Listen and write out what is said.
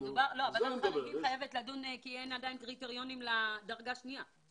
ועדת חריגים חייבת לדון כי עדיין אין קריטריונים לדרגה שנייה.